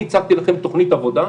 אני הצגתי לכם תוכנית עבודה,